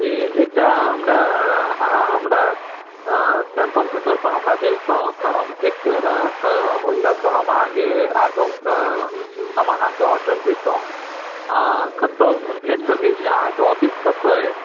से एकटा अहाँ हमरा अहाँ हमरा सेम्पल के तौर पर हमरा भेजतहुॅं तऽ हम देख के और अहाँ सऽ ओहि लय कऽ हम अहाँके आगे सऽ हम अहाँके आर्डर देतहुॅं आ कतय भेज सकै छी अहाँ के ऑफिस कतय यऽ